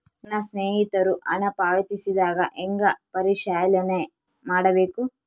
ನನ್ನ ಸ್ನೇಹಿತರು ಹಣ ಪಾವತಿಸಿದಾಗ ಹೆಂಗ ಪರಿಶೇಲನೆ ಮಾಡಬೇಕು?